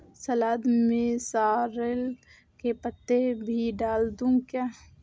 सलाद में सॉरेल के पत्ते भी डाल दूं क्या?